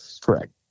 Correct